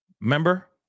remember